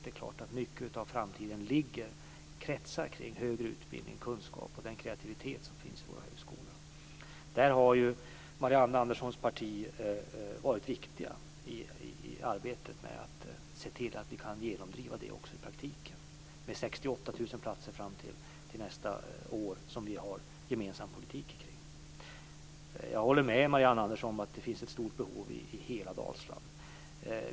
Mycket av framtiden kretsar kring högre utbildning, kunskap och den kreativitet som finns i våra högskolar. Marianne Anderssons parti har varit viktigt i arbetet på att genomdriva detta också i praktiken, och vi har en gemensam politik för 68 000 platser fram till nästa år. Jag håller med Marianne Andersson om att det finns ett stort behov i hela Dalsland.